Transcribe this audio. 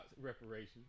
reparations